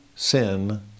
sin